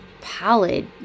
pallid